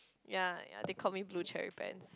ya ya they call me blue cherry pants